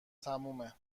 تمومه